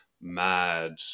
mad